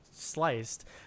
Sliced